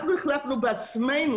אנחנו החלטנו בעצמנו,